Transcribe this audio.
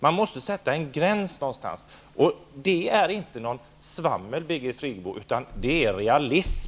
Man måste sätta en gräns någonstans. Det är inte något svammel, Birgit Friggego, utan det är realism.